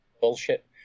bullshit